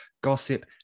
gossip